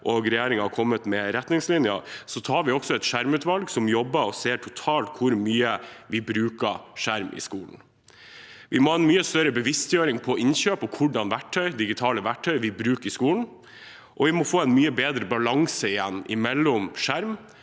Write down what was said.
og regjeringen har kommet med retningslinjer, har vi også et skjermutvalg som jobber med å se på hvor mye vi totalt bruker skjerm i skolen. Vi må ha en mye større bevisstgjøring om innkjøp og hvilke digitale verktøy vi bruker i skolen, og vi må igjen få en mye bedre balanse mellom skjerm